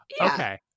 okay